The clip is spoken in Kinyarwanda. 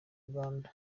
uganda